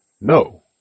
No